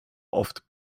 oft